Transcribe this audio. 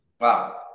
Wow